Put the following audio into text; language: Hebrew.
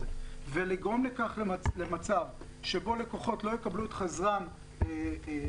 ולגרום למצב שבו לקוחות לא יקבלו את כספם במקור,